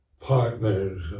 partners